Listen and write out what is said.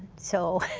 so